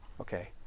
Okay